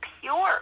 pure